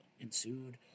ensued